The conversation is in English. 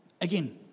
Again